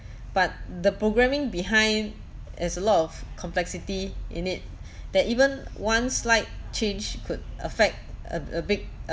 but the programming behind has a lot of complexity in it that even one slight change could affect a a big